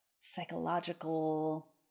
psychological